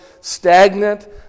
stagnant